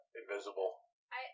invisible